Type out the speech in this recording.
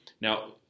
Now